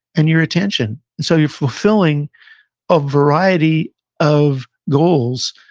and your attention. and so, you're fulfilling a variety of goals,